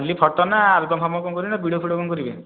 ଖାଲି ଫଟୋ ନା ଆଲ୍ବମ୍ ଫାଲ୍ବମ୍ କ'ଣ କରିବେ ନା ଭିଡ଼ିଓ ଫିଡ଼ିଓ କ'ଣ କରିବେ